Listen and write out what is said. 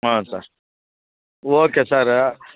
ಹಾಂ sir okay sir